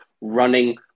running